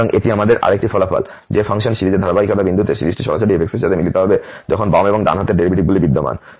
সুতরাং এটি আমাদের আরেকটি ফলাফল যে ফাংশন সিরিজের ধারাবাহিকতা বিন্দুতে সিরিজটি সরাসরি f এর সাথে মিলিত হবে যখন বাম এবং ডান হাতের ডেরিভেটিভগুলি বিদ্যমান